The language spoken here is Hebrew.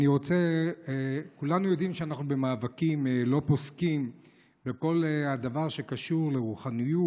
כולנו יודעים שאנחנו במאבקים לא פוסקים בכל הדבר שקשור לרוחניות,